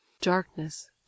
Darkness